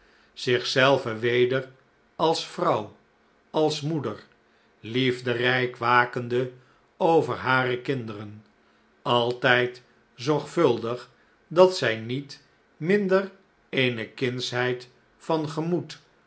zich zelve weder als vrouw als moeder liefderijk wakende over hare kinderen altijd zorgvuldig dat zij niet minder eene kindsheid van gemoed